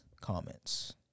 comments